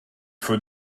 faut